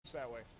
so that way.